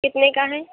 کتنے کا ہے